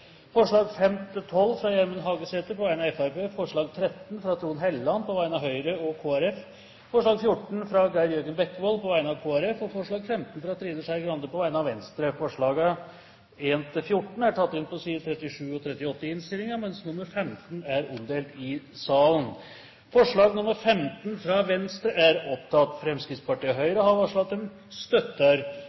forslag nr. 4, fra Gjermund Hagesæter på vegne av Fremskrittspartiet og Kristelig Folkeparti forslagene nr. 5–12, fra Gjermund Hagesæter på vegne av Fremskrittspartiet forslag nr. 13, fra Trond Helleland på vegne av Høyre og Kristelig Folkeparti forslag nr. 14, fra Geir Jørgen Bekkevold på vegne av Kristelig Folkeparti forslag nr. 15, fra Trine Skei Grande på vegne av Venstre Forslagene nr. 1–14 er inntatt på sidene 37 og 38 i innstillingen, mens forslag nr. 15 er omdelt på representantenes plasser i salen. Det voteres over forslag nr. 15, fra